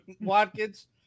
Watkins